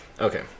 Okay